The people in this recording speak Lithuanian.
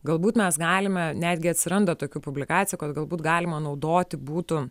galbūt mes galime netgi atsiranda tokių publikacijų kad galbūt galima naudoti būtų